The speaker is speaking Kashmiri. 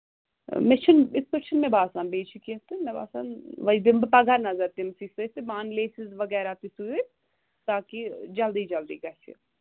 مےٚ چھُنہٕ یِتھ پٲٹھۍ چھُنہٕ مےٚ باسان بیٚیہِ چھُ کیٚنہہ تہٕ مےٚ باسان وۄنۍ دِمہٕ بہٕ پَگاہ نَظر تٔمۍ سٕے سۭتۍ تہٕ بہٕ اَنہٕ لیسٕز وَغیرہ تہِ سۭتۍ تاکہِ جلدی جلدی گژھِ